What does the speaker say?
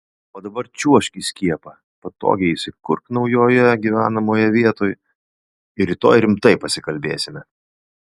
o dabar čiuožk į skiepą patogiai įsikurk naujoje gyvenamoje vietoj ir rytoj rimtai pasikalbėsime